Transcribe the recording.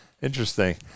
interesting